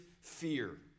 fear